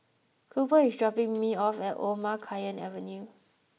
Cooper is dropping me off at Omar Khayyam Avenue